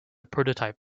prototype